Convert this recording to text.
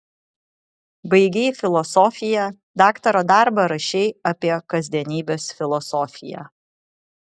baigei filosofiją daktaro darbą rašei apie kasdienybės filosofiją